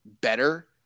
better